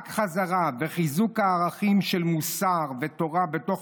רק חזרה וחיזוק הערכים של מוסר ותורה בתוך